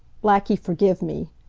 blackie, forgive me.